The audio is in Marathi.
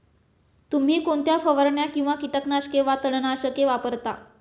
तुम्ही कोणत्या फवारण्या किंवा कीटकनाशके वा तणनाशके वापरता?